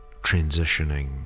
transitioning